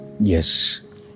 Yes